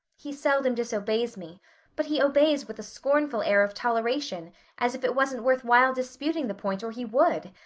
he seldom disobeys me but he obeys with a scornful air of toleration as if it wasn't worthwhile disputing the point or he would.